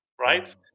right